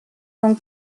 son